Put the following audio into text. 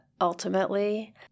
ultimately